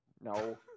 no